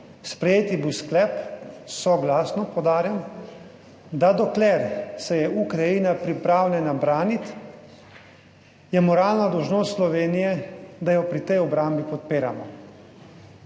Sprejet je bil sklep, soglasno poudarjam, da dokler se je Ukrajina pripravljena braniti, je moralna dolžnost Slovenije, da jo pri tej obrambi podpiramo.